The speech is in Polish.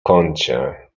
kącie